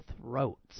throats